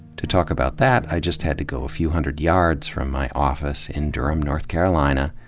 to talk about that, i just had to go a few hundred yards from my office in durham, north carolina,